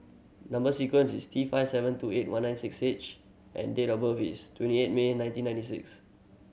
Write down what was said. number sequence is T five seven two eight one nine six H and date of birth is twenty eight May nineteen ninety six